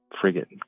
frigate